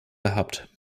gehabt